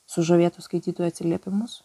sužavėtų skaitytojų atsiliepimus